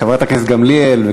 חברת הכנסת גמליאל.